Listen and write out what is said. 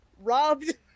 robbed